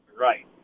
Right